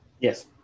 Yes